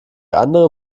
andere